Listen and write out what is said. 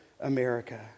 America